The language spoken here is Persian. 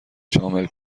شامل